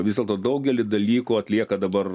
vis dėlto daugelį dalykų atlieka dabar